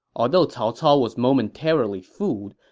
although cao cao was momentarily fooled,